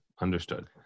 Understood